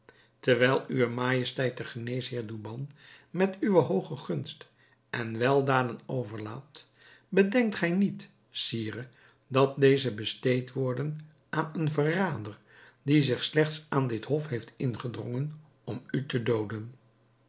terwijl uwe majesteit den geneesheer douban met uwe hooge gunst en weldaden overlaadt bedenkt gij niet sire dat deze besteed worden aan een verrader die zich slechts aan dit hof heeft ingedrongen om u te dooden